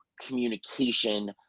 communication